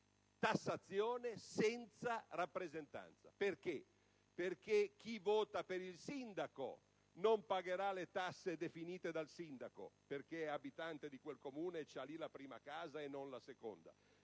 tassazione ma non c'è rappresentanza. Infatti, chi vota per il sindaco non pagherà le tasse definite dal sindaco, perché è abitante di quel Comune e ha lì la prima casa e non la seconda,